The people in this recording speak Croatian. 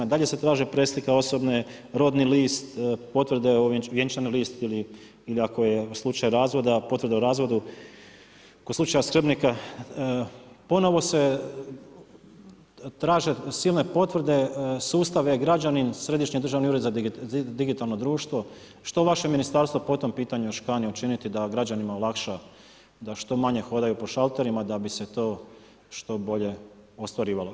Dalje se traže preslika osobne, rodni list, vjenčani list ili ako je slučaj razvoda, potvrda o razvodu, kod slučaja skrbnika, ponovo se traže silne potvrde, sustav e građanin, središnji državni ured za digitalno društvo, što vaše ministarstvo po tom pitanju još kani učiniti da građanima olakša da što manje hodaju po šalterima da bi se to što bolje ostvarivalo?